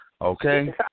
Okay